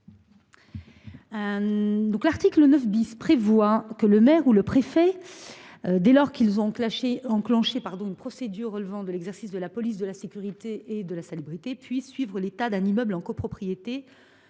L’article 9 B prévoit que le maire ou le préfet, dès lors qu’il a enclenché une procédure relevant de l’exercice de la police de la sécurité et de la salubrité, puisse suivre l’état d’un immeuble en copropriété